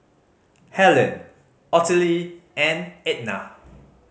Hellen Ottilie and Etna